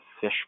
fish